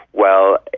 well,